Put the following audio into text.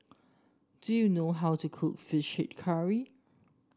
do you know how to cook fished curry